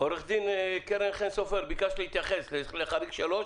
עורכת דין קרן חן סופר, ביקשת להתייחס לחריג 3?